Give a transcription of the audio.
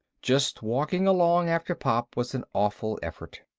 just walking along after pop was an awful effort.